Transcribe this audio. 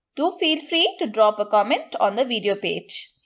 do feel free to drop a comment on the video page.